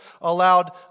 allowed